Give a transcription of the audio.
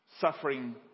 suffering